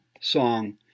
song